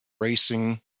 racing